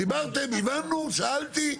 דיברתם, הבנו, שאלתי.